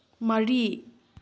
ꯃꯔꯤ